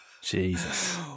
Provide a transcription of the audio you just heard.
Jesus